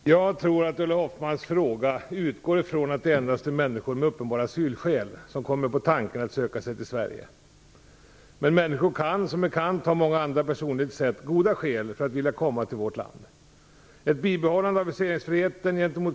Fru talman! Jag tror att Ulla Hoffmanns fråga utgår från att det endast är människor med uppenbara asylskäl som kommer på tanken att söka sig till Sverige. Men människor kan, som bekant, ha många andra personligt sett goda skäl för att vilja komma till vårt land.